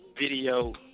video